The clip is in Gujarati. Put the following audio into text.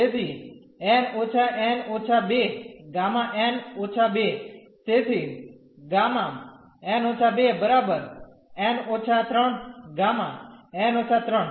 તેથી n ઓછા n ઓછા 2 ગામા n ઓછા 2 તેથી Γ n − 2 n − 3 Γ n − 3